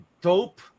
dope